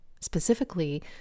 Specifically